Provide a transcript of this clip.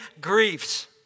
griefs